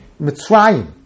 Mitzrayim